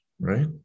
right